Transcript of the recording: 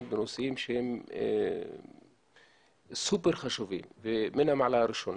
בנושאים שהם סופר חשובים ומן המעלה הראשונה,